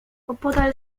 opodal